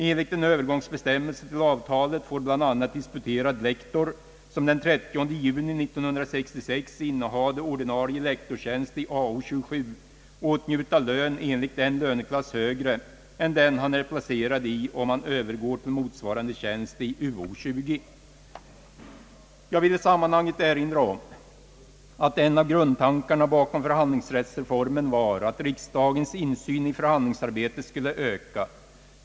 Enligt en övergångsbestämmelse till avtalet får bl.a. disputerad lektor, som den 30 juni 1966 innehade ordinarie lektorstjänst i Ao 27, åtnjuta lön enligt en löneklass högre än den han är placerad i om han övergår till motsvarande tjänst i Uu 20. Jag vill i sammanhanget erinra om att en av grundtankarna bakom förhandlingsrättsreformen var, att riksdagens insyn i förhandlingsarbetet skulle öka.